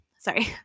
sorry